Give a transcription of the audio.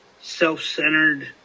self-centered